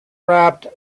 wrapped